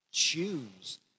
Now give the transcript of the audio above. Choose